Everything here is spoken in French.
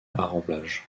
remplage